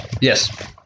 Yes